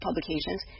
publications